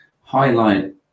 highlight